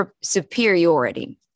superiority